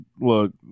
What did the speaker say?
Look